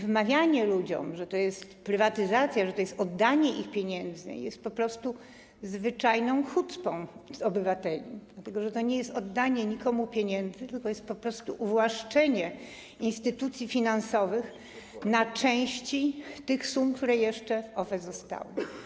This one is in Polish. Wmawianie ludziom, że to jest prywatyzacja, że to jest oddanie ich pieniędzy, jest po prostu zwyczajną hucpą wobec obywateli, dlatego że to nie jest oddanie nikomu pieniędzy, tylko to jest po prostu uwłaszczenie instytucji finansowych na części tych sum, które jeszcze w OFE zostały.